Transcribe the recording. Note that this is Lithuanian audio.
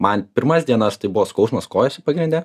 man pirmas dienas tai buvo skausmas kojose pagrinde